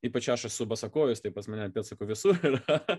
ypač aš esu basakojis tai pas mane pėdsakų visur yra